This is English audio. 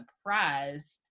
surprised